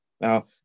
now